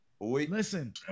Listen